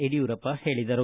ಯಡಿಯೂರಪ್ಪ ಹೇಳಿದರು